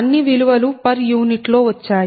అన్ని విలువలు per unit లో వచ్చాయి